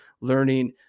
learning